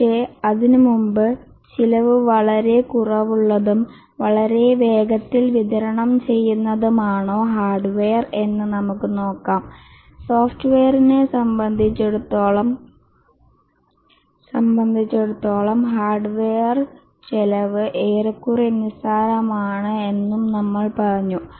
പക്ഷേ അതിനുമുമ്പ് ചിലവ് വളരെ കുറവുള്ളതും വളരെ വേഗത്തിൽ വിതരണം ചെയ്യുന്നതും ആണോ ഹാർഡ്വെയർ എന്ന് നമുക്ക് നോക്കാം സോഫ്റ്റ്വെയറിനെ സംബന്ധിച്ചിടത്തോളം ഹാർഡ്വെയർ ചെലവ് ഏറെക്കുറെ നിസ്സാരമാണ് എന്നും നമ്മൾ പറഞ്ഞു